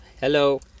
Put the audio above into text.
hello